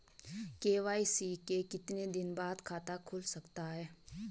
KYC के कितने दिन बाद खाता खुल सकता है?